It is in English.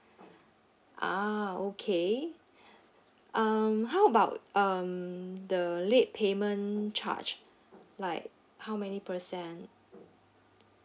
ah okay um how about um the late payment charge like how many percent